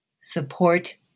Support